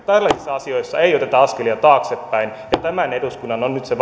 tällaisissa asioissa ei oteta askelia taaksepäin ja tämän eduskunnan on nyt se